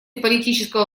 политического